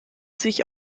sich